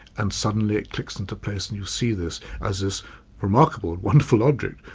and suddenly it clicks into place and you see this, as this remarkable, wonderful object,